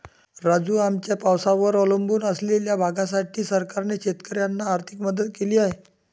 राजू, आमच्या पावसावर अवलंबून असलेल्या भागासाठी सरकारने शेतकऱ्यांना आर्थिक मदत केली आहे